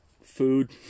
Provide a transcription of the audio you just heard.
Food